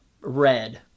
Red